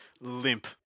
Limp